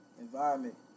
environment